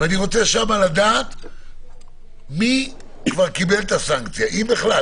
אני רוצה לדעת מי כבר קיבל סנקציה, אם בכלל.